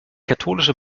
katholische